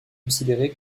considérée